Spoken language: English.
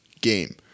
game